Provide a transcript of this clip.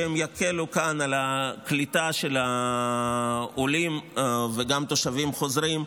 שיקלו כאן על הקליטה של העולים וגם של התושבים החוזרים,